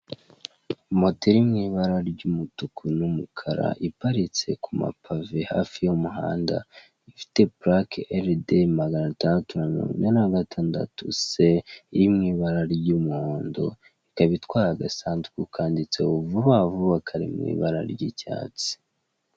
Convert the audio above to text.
Moto iri mu ibara ry'umutuku n'umukara iparitse ku mapave hafi y'umuhanda ifite purake eride maganatandatu na mirongo ine na gatandatu se iri mu ibara ry'umuhondo. Ikaba itwaye agasandhuku kanditseho vubavuba kari mu ibara ry'icyatsi.